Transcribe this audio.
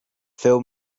film